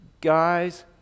guys